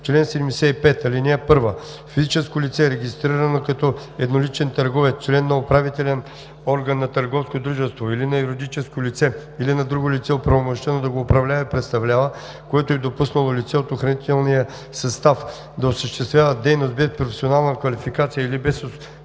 „Чл. 75. (1) Физическо лице, регистрирано като едноличен търговец, член на управителен орган на търговско дружество или на юридическо лица, или друго лице, оправомощено да го управлява и представлява, което е допуснало лице от охранителния състав да осъществява дейност без професионална квалификация или без успешно